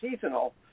seasonal